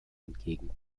entgegen